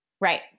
Right